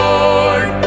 Lord